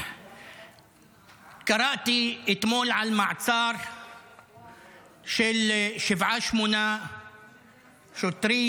קראתי אתמול על מעצר של שבעה-שמונה שוטרים,